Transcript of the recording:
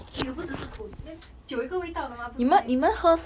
没有不只是苦 then 酒有一个味道的吗不是 meh